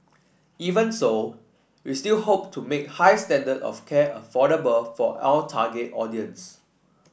even so we still hope to make high standard of care affordable for our target audience